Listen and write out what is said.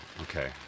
okay